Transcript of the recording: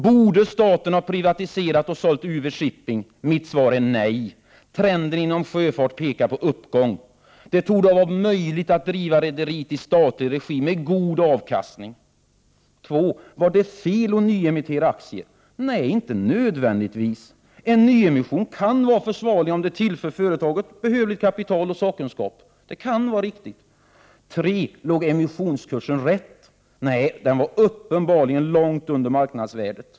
Borde staten ha privatiserat eller sålt ut UV-Shipping? Mitt svar är nej. Trenden inom sjöfarten pekar på uppgång. Det torde ha varit möjligt att driva rederiet i statlig regi med god avkastning. 2. Var det fel att nyemittera aktier? Nej, inte nödvändigtvis. En nyemission kan vara försvarlig om den tillför företaget behövligt kapital och sakkunskap. Då kan det vara riktigt. 3. Låg emissionskursen rätt? Nej, den var uppenbarligen långt under marknadsvärdet.